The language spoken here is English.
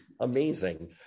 Amazing